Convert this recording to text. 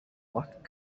what